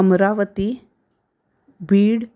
Amravati Beed